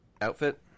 outfit